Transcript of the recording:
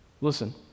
Listen